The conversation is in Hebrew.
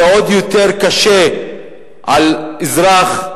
זה עוד יותר קשה על אזרח,